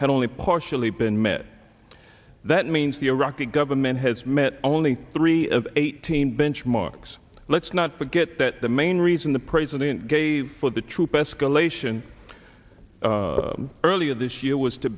had only partially been met that means the iraqi government has met only three of eighteen benchmarks let's not forget that the main reason the president gave for the troop escalation earlier this year was to